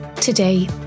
Today